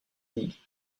digue